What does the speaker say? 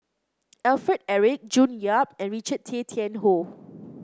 Alfred Eric June Yap and Richard Tay Tian Hoe